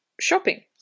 shopping